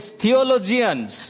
theologians